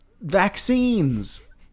vaccines